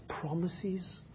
promises